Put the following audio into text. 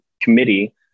committee